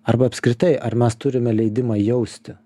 arba apskritai ar mes turime leidimą jausti